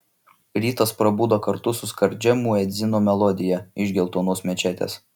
rytas prabudo kartu su skardžia muedzino melodija iš geltonos mečetės